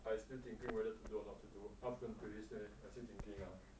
I still thinking whether to do or not to do I still thinking ah